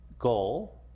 Goal